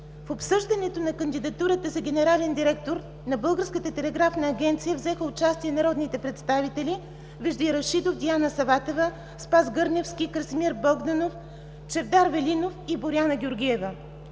В обсъждането на кандидатурата за генерален директор на Българската телеграфна агенция взеха участие народните представители: Вежди Рашидов, Диана Саватева, Спас Гърневски, Красимир Богданов, Чавдар Велинов и Боряна Георгиева.